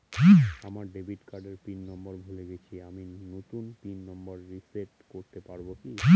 আমার ডেবিট কার্ডের পিন নম্বর ভুলে গেছি আমি নূতন পিন নম্বর রিসেট করতে পারবো কি?